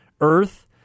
earth